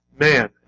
Man